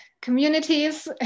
Communities